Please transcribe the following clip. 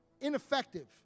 ineffective